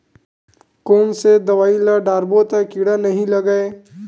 कोन से दवाई ल डारबो त कीड़ा नहीं लगय?